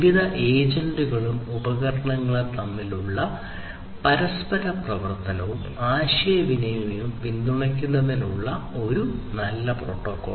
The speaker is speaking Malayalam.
വിവിധ ഏജന്റുകളും ഉപകരണങ്ങളും തമ്മിലുള്ള പരസ്പര പ്രവർത്തനവും ആശയവിനിമയവും പിന്തുണയ്ക്കുന്നതിനുള്ള ഒരു നല്ല പ്രോട്ടോക്കോൾ